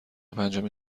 پنجمین